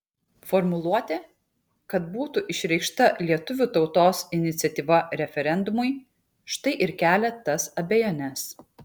formuluotė kad būtų išreikšta lietuvių tautos iniciatyva referendumui štai ir kelia tas abejones